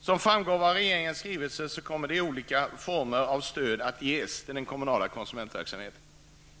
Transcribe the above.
Som framgår av regeringens skrivelse kommer nu olika former av stöd att ges till den kommunala konsumentverksamheten.